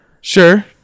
Sure